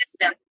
System